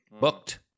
booked